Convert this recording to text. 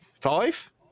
five